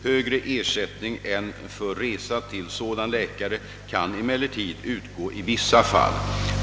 Högre ersättning än för resa till sådan läkare kan emellertid utgå i vissa fall.